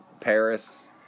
Paris